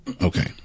Okay